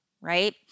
right